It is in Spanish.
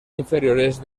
inferiores